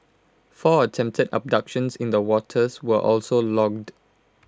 four attempted abductions in the waters were also logged